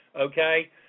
Okay